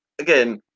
again